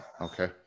okay